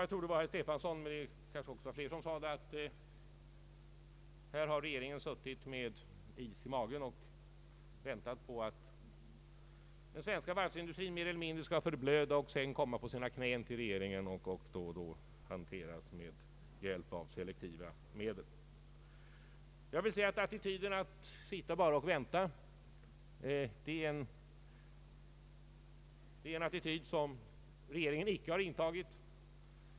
Jag tror det var herr Stefanson, men det kanske också var andra, som sade att regeringen har suttit med is i magen och väntat på att den svenska varvsindustrin mer eller mindre skall förblöda och sedan komma på sina knän till regeringen och då få hjälp med selektiva medel. Att bara sitta och vänta, det är en attityd som regeringen sannerligen inte har intagit.